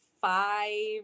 five